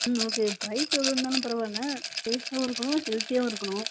ம் okay price எவ்வளோ இருந்தாலும் பரவால்லை டேஸ்ட்டாகவும் இருக்கனும் ஹெல்த்தியாகவும் இருக்கனும்